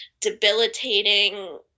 debilitating